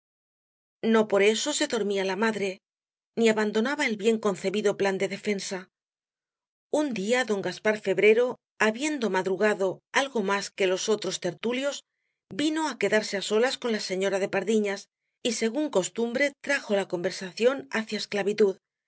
no por eso se dormía la madre ni abandonaba el bien concebido plan de defensa un día don gaspar febrero habiendo madrugado algo más que los otros tertulios vino á quedarse á solas con la señora de pardiñas y según costumbre trajo la conversación hacia esclavitud